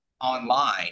online